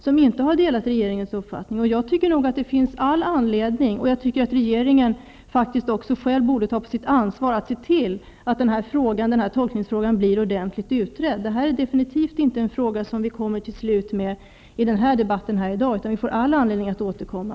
Jag tycker att det finns all anledning att ordentligt utreda denna tolknings fråga och att regeringen själv borde ta på sig ansvaret att se till att så sker. Detta är definitivt inte en fråga som vi kommer till slutet med genom denna debatt i dag, utan vi har all anledning att återkomma.